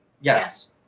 yes